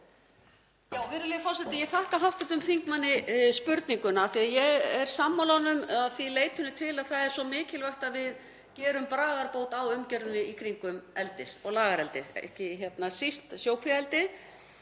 Virðulegi forseti. Ég þakka hv. þingmanni spurninguna því að ég er sammála honum að því leyti til að það er svo mikilvægt að við gerum bragarbót á umgjörðinni í kringum eldið og lagareldið, ekki síst sjókvíaeldi.